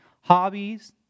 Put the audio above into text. hobbies